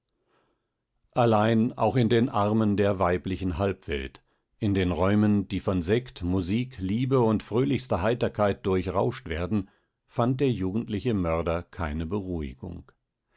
allein auch in den armen der weiblichen halbwelt in den räumen die von sekt musik liebe und fröhlichster heiterkeit durchrauscht werden fand der jugendliche mörder keine beruhigung